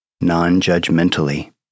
non-judgmentally